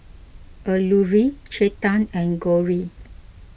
Alluri Chetan and Gauri